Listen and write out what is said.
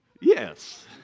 Yes